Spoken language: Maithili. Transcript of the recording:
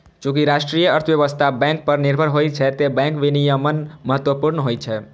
चूंकि राष्ट्रीय अर्थव्यवस्था बैंक पर निर्भर होइ छै, तें बैंक विनियमन महत्वपूर्ण होइ छै